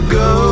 go